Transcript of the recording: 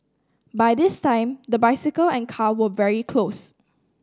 by this time the bicycle and car were very close